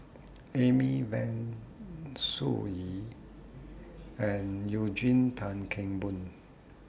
Amy Van Sun Yee and Eugene Tan Kheng Boon